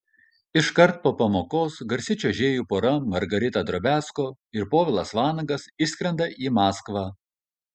iškart po pamokos garsi čiuožėjų pora margarita drobiazko ir povilas vanagas išskrenda į maskvą